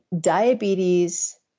diabetes